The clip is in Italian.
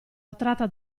attratta